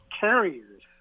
carriers